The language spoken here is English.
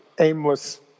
aimless